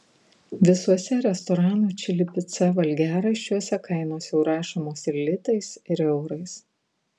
visuose restoranų čili pica valgiaraščiuose kainos jau rašomos ir litais ir eurais